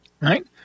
right